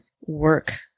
work